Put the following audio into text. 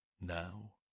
Now